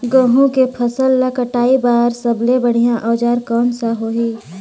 गहूं के फसल ला कटाई बार सबले बढ़िया औजार कोन सा होही?